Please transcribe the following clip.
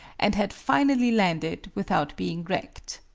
and had finally landed without being wrecked.